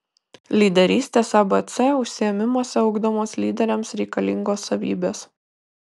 lyderystės abc užsiėmimuose ugdomos lyderiams reikalingos savybės